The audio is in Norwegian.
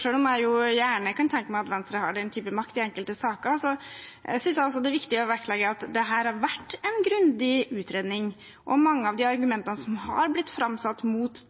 Selv om jeg gjerne kunne tenkt meg at Venstre hadde den typen makt i enkelte saker, synes jeg også det er viktig å vektlegge at det har vært en grundig utredning. Mange av de argumentene som har blitt framsatt mot